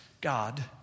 God